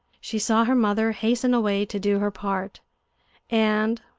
she saw her mother hasten away to do her part and,